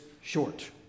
short